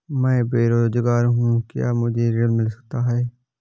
मैं बेरोजगार हूँ क्या मुझे ऋण मिल सकता है?